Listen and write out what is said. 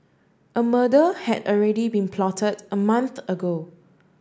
a murder had already been plotted a month ago